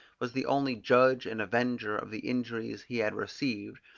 was the only judge and avenger of the injuries he had received,